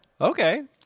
Okay